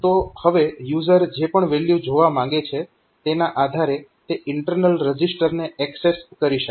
તો હવે યુઝર જે પણ વેલ્યુ જોવા માંગે છે તેના આધારે તે ઇન્ટરનલ રજીસ્ટરને એક્સેસ કરી શકે છે